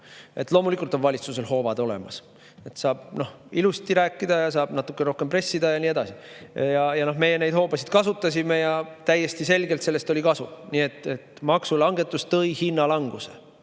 Loomulikult on valitsusel hoovad olemas, saab ilusti rääkida ja saab natuke rohkem pressida ja nii edasi. Meie neid hoobasid kasutasime ja täiesti selgelt oli sellest kasu. Maksulangetus tõi hinnalanguse,